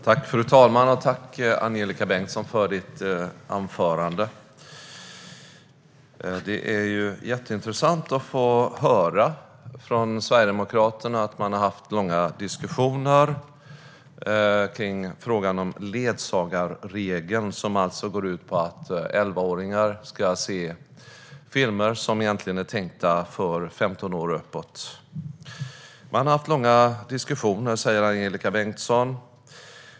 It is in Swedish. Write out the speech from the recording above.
Herr talman! Tack, Angelika Bengtsson, för ditt anförande! Det är jätteintressant att få höra från Sverigedemokraterna att man har haft långa diskussioner kring frågan om ledsagarregeln, som alltså går ut på att elvaåringar ska se filmer som egentligen är tänkta för dem som är femton år och uppåt. Man har haft långa diskussioner, säger Angelika Bengtsson.